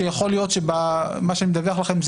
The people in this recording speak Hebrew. שביכול להיות שבמה שאני מדווח לכם זה